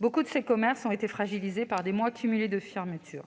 Beaucoup de ces commerces ont été fragilisés par des mois cumulés de fermeture.